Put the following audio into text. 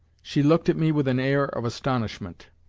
she looked at me with an air of astonishment.